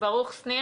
ברוך שניר